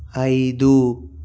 ఐదు